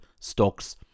stocks